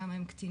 כמה הם קטינים.